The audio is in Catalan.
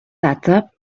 data